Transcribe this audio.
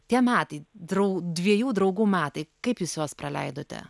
tie metai drau dviejų draugų metai kaip jūs juos praleidote